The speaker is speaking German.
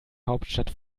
hauptstadt